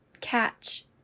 catch